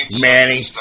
Manny